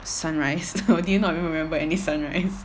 sunrise or do you not remember any sunrise